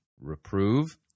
reprove